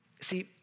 See